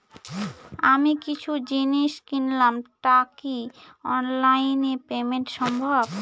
আমি কিছু জিনিস কিনলাম টা কি অনলাইন এ পেমেন্ট সম্বভ?